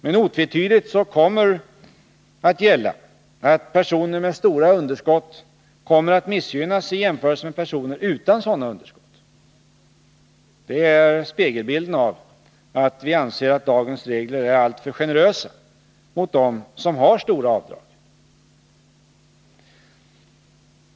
Men otvetydigt kommer att gälla att personer med stora underskott kommer att missgynnas i jämförelse med personer utan sådana underskott. Det är spegelbilden av att vi anser att dagens regler är alltför generösa mot dem som har stora avdrag.